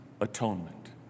atonement